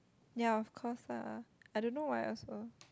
ya of course lah I don't know what else lah